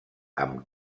amb